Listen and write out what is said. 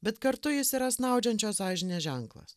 bet kartu jis yra snaudžiančios sąžinės ženklas